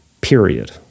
period